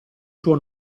suo